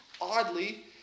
oddly